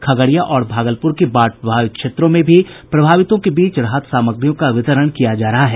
खगड़िया और भागलपुर के बाढ़ प्रभावित क्षेत्रों में भी प्रभावितों के बीच राहत सामग्रियों का वितरण किया जा रहा है